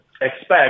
expect